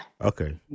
okay